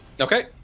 okay